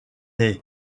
est